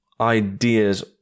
ideas